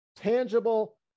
tangible